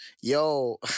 yo